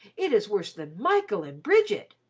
it is worse than michael and bridget!